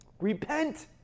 Repent